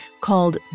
called